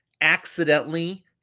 accidentally